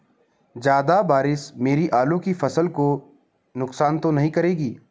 ज़्यादा बारिश मेरी आलू की फसल को नुकसान तो नहीं करेगी?